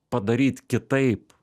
padaryt kitaip